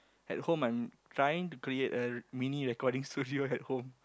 at home I'm trying to create a mini recording studio at home